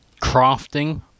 crafting